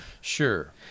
Sure